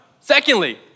secondly